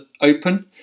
open